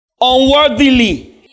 unworthily